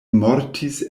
mortis